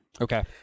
Okay